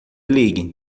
ligue